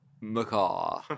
Macaw